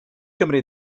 gymri